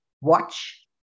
Watch